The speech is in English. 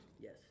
Yes